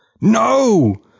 No